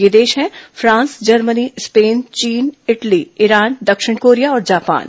ये देश हैं फ्रांस जर्मनी स्पेन चीन इटली ईरान दक्षिण कोरिया और जापान